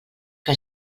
que